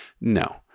No